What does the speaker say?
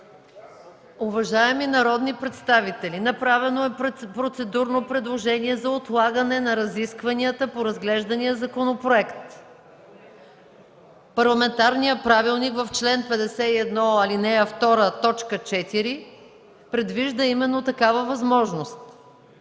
Уважаеми народни представители, направено е процедурно предложение за отлагане на разискванията по разглеждания законопроект. Парламентарният правилник в чл. 51, ал. 2, т. 4 предвижда именно такава възможност,